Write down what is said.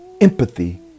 empathy